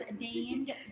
named